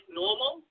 normal